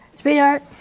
sweetheart